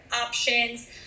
options